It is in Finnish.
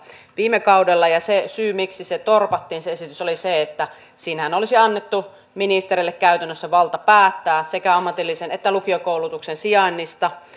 viime kaudella ja se syy miksi se esitys torpattiin oli se että siinähän olisi annettu ministeriölle käytännössä valta päättää sekä ammatillisen että lukiokoulutuksen sijainnista